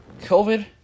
COVID